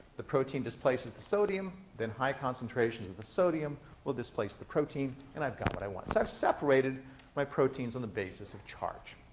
the protein displaces the sodium. then high concentrations of the sodium will displace the protein, and i've got what i want. so i've separated my proteins on the basis of charge.